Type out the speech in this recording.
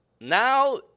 now